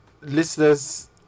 listeners